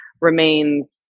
remains